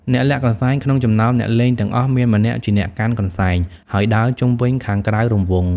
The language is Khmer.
អ្នកលាក់កន្សែងក្នុងចំណោមអ្នកលេងទាំងអស់ មានម្នាក់ជាអ្នកកាន់ កន្សែង ហើយដើរជុំវិញខាងក្រៅរង្វង់ ។